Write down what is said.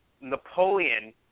Napoleon